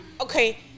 okay